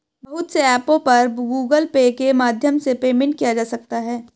बहुत से ऐपों पर गूगल पे के माध्यम से पेमेंट किया जा सकता है